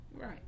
right